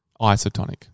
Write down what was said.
isotonic